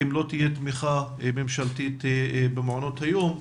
אם לא תהיה תמיכה ממשלתית במעונות היום,